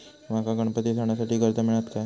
माका गणपती सणासाठी कर्ज मिळत काय?